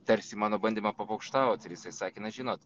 tarsi mano bandymą papokštaut ir jisai sakė na žinot